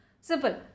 Simple